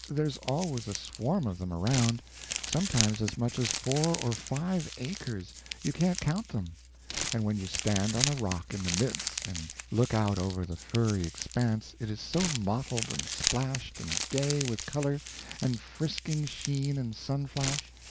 there's always a swarm of them around sometimes as much as four or five acres you can't count them and when you stand on a rock in the midst and look out over the furry expanse it is so mottled and splashed and gay with color and frisking sheen and sun-flash,